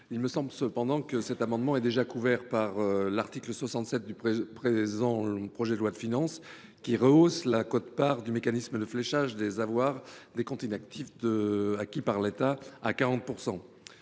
Il me semble cependant que l’amendement n° II 1414 rectifié est satisfait par l’article 67 du présent projet de loi de finances, qui rehausse la quote part du mécanisme de fléchage des avoirs des comptes inactifs acquis par l’État à 40